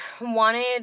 wanted